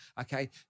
okay